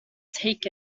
take